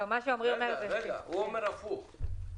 הוא אומר הפוך.